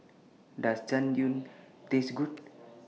Does Jian Dui Taste Good